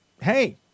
hey